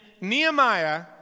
Nehemiah